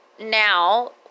now